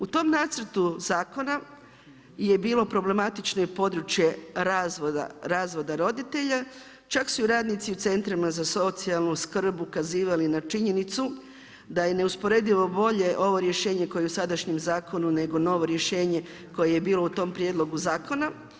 U tom Nacrtu zakona je bilo problematično područje razvoda roditelja, čak su i radnicu u Centrima za socijalnu skrb ukazivali na činjenicu da je neusporedivo bolje ovo rješenje koje je u sadašnjem zakonu nego novo rješenje koje je bilo u tom prijedlogu zakona.